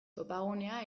topagunea